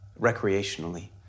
recreationally